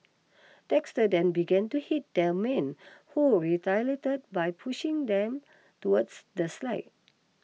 Dexter then began to hit the man who retaliated by pushing them towards the slide